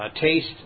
taste